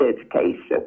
education